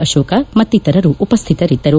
ಅಶೋಕ ಮತ್ತಿತರರು ಉಪಸ್ಥಿತರಿದ್ದರು